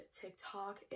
TikTok